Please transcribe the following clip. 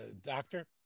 Doctor